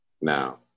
now